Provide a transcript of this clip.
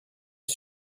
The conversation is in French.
est